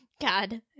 god